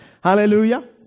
Hallelujah